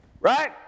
right